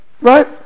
right